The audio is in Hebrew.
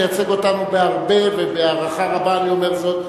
מייצג אותנו בהרבה ובהערכה רבה אני אומר זאת,